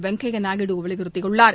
வெங்கைய நாயுடு வலியுறுத்தியுள்ளார்